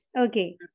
Okay